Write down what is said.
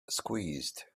squeezed